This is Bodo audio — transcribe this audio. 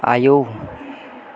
आयौ